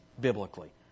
biblically